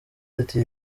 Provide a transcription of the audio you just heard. ati